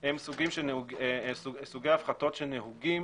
הם סוגי הפחתות שנהוגים